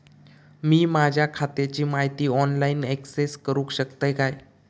मी माझ्या खात्याची माहिती ऑनलाईन अक्सेस करूक शकतय काय?